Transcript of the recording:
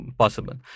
possible